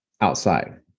outside